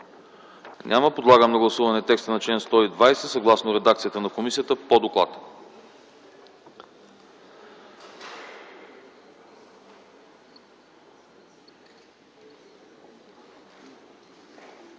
Няма. Подлагам на гласуване текста на чл. 120 съгласно редакцията на комисията по доклада.